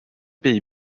pays